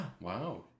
Wow